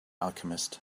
alchemist